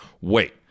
wait